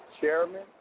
chairman